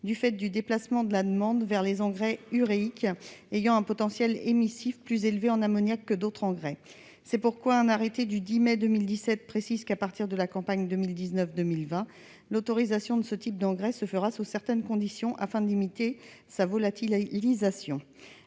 en raison du déplacement de la demande vers les engrais uréiques, dont le potentiel émissif en ammoniac est plus élevé que celui d'autres produits. C'est pourquoi un arrêté du 10 mai 2017 précisait qu'à partir de la campagne 2019-2020 l'autorisation de ce type d'engrais se ferait sous certaines conditions afin de limiter leur volatilisation.